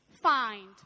find